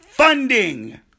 funding